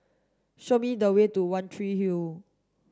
show me the way to One Tree Hill